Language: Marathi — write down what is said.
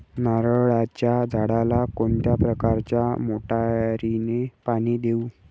नारळाच्या झाडाला कोणत्या प्रकारच्या मोटारीने पाणी देऊ?